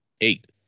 Eight